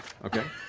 okay.